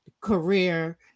career